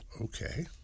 okay